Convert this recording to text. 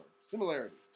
Similarities